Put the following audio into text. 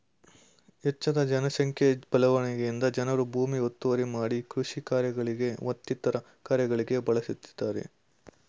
ಹೆಚ್ಜದ ಜನ ಸಂಖ್ಯೆ ಬೆಳವಣಿಗೆಯಿಂದ ಜನರು ಭೂಮಿ ಒತ್ತುವರಿ ಮಾಡಿ ಕೃಷಿ ಕಾರ್ಯಗಳಿಗೆ ಮತ್ತಿತರ ಕಾರ್ಯಗಳಿಗೆ ಬಳಸ್ತಿದ್ದರೆ